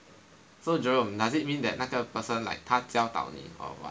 so Jerome does it mean that 那个 person like 他教导你 or what